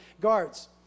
guards